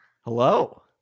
Hello